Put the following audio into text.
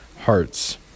hearts